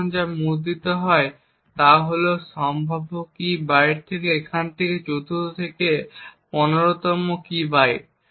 এবং যা মুদ্রিত হয় তা হল সম্ভাব্য কী বাইট এখান থেকে যা 4র্থ থেকে 15তম কী বাইট